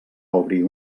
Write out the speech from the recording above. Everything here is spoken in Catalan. obrir